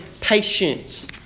patience